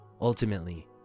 Ultimately